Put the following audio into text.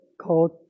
called